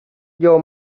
your